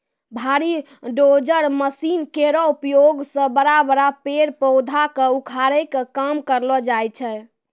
भारी dozer machine केरो उपयोग सें बड़ा बड़ा पेड़ पौधा क उखाड़े के काम करलो जाय छै